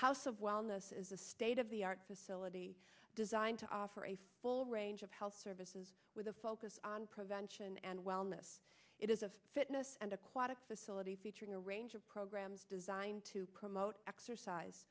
house of wellness is a state of the art facility designed to offer a full range of health services with a focus on prevention and wellness it is a fitness and aquatic facility featuring a range of programs designed to promote exercise